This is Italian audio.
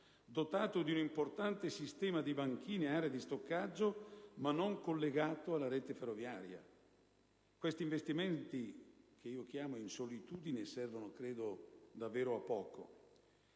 dotato di un importante sistema di banchine e aree di stoccaggio, ma non collegato alla rete ferroviaria. Questi investimenti, che io definisco in solitudine, credo servano davvero a poco.